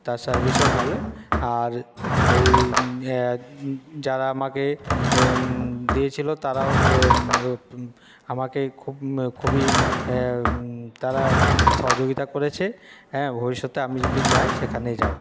তার সার্ভিসও ভালো আর যারা আমাকে দিয়েছিল তারাও আমাকে খুব খুবই তারা সহযোগীতা করেছে হ্যাঁ ভবিষ্যতে আমি যদি যাই সেখানেই যাব